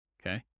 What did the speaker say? Okay